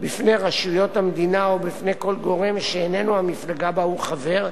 בפני רשויות המדינה או בפני כל גורם שאיננו המפלגה שבה הוא חבר,